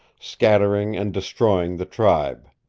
scattering and destroying the tribe.